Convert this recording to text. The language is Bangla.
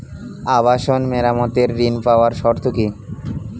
আবাসন মেরামতের ঋণ পাওয়ার শর্ত কি?